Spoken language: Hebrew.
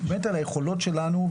באמת על היכולות שלנו,